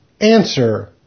Answer